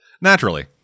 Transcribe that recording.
Naturally